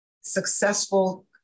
successful